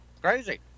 Crazy